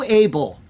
able